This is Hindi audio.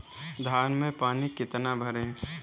धान में पानी कितना भरें?